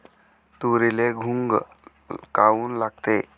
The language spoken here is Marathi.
तुरीले घुंग काऊन लागते?